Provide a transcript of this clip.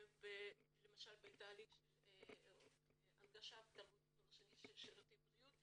למשל בתהליך של הנגשה תרבותית ולשונית של שירותי בריאות.